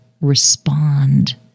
respond